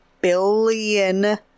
billion